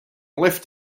left